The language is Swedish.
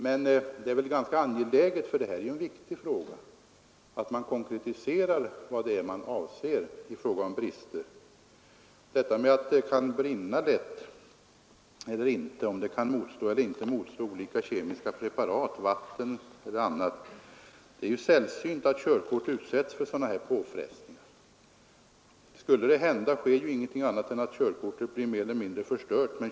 Men det är angeläget, för det här är en viktig fråga, att man konkretiserar vad det är man avser i fråga om brister. Det är ju sällsynt att körkort utsätts för påfrestningar i form av eld, kemiska preparat, vatten osv. Skulle det hända, sker ju ingenting annat än att körkortet blir mer eller mindre förstört.